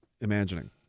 imagining